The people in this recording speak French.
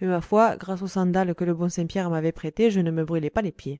mais ma foi grâce aux sandales que le bon saint pierre m'avait prêtées je ne me brûlai pas les pieds